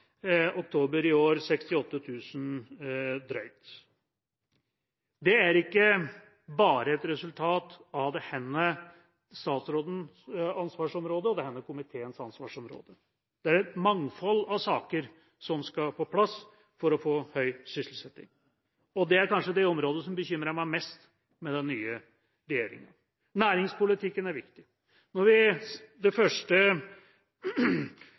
Det er ikke bare et resultat av denne statsrådens ansvarsområde og denne komiteens arbeidsområde. Det er et mangfold av saker som skal på plass for å få høy sysselsetting, og det er kanskje det området som bekymrer meg mest med den nye regjeringa. Næringspolitikken er viktig. Når det første